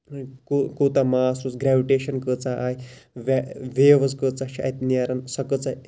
کو کوٗتاہ ماس روٗز گریٚوِٹیشَن کۭژاہ آیہِ وے ویوٕز کۭژاہ چھِ اَتہِ نیران سۄ کۭژاہ